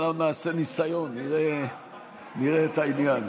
ואנחנו נעשה ניסיון ונראה את העניין.